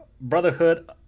Brotherhood